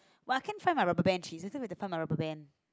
why can't I find my rubber band Jesus where to find my rubber band